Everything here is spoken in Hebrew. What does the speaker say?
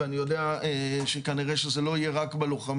ואני יודע שכנראה שזה לא יהיה רק בלוחמים.